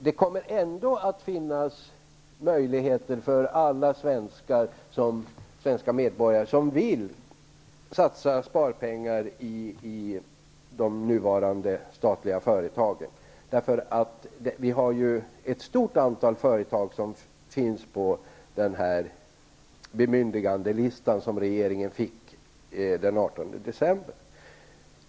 Det kommer ändå att finnas möjligheter för alla svenska medborgare som vill satsa sparpengar i de nuvarande statliga företagen. Det finns ett stort antal företag på den bemyndigandelista som regeringen fick den 18 december.